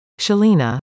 Shalina